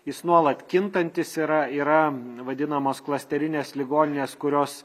jis nuolat kintantis yra yra vadinamos klasterinės ligoninės kurios